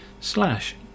slash